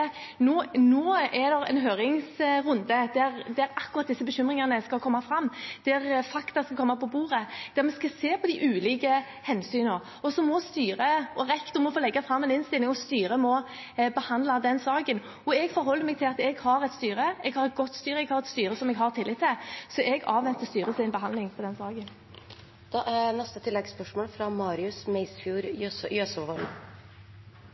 Nå er det en høringsrunde der akkurat disse bekymringene skal komme fram, der fakta skal komme på bordet, og der vi skal se på de ulike hensynene. Så må styret og rektor få legge fram en innstilling, og styret må behandle den saken, og jeg forholder meg til at jeg har et styre. Jeg har et godt styre, jeg har et styre som jeg har tillit til. Så jeg avventer styrets behandling av saken.